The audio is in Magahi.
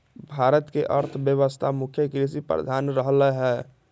भारत के अर्थव्यवस्था मुख्य कृषि प्रधान रहलै ह